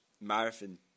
marathon